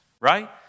right